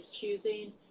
choosing